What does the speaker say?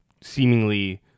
seemingly